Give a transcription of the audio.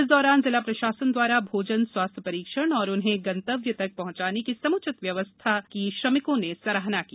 इस दौरान जिला प्रशासन दवारा भोजन स्वास्थ्य परीक्षण एवं उन्हें गंतव्य तक पहंचाने की समुचित व्यवस्था की श्रमिकों ने सराहना की